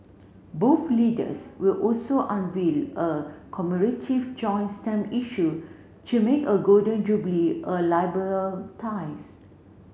both leaders will also unveil a joint stamp issue to make a Golden Jubilee a ties